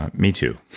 me too.